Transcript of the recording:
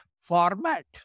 format